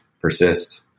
persist